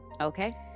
okay